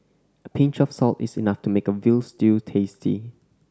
a pinch of salt is enough to make a veal stew tasty